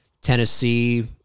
Tennessee